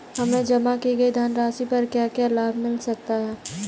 हमें जमा की गई धनराशि पर क्या क्या लाभ मिल सकता है?